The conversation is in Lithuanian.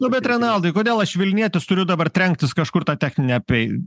nu bet renaldai kodėl aš vilnietis turiu dabar trenktis kažkur tą techninę priei